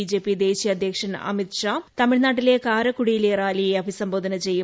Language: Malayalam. ബിജെപി ദേശീയ അധ്യക്ഷൻ അമിത്ഷാ തമിഴ്നാട്ടിലെ കാരക്കുടിയിലെ റാലിയെ അഭിസംബോധന ചെയ്യും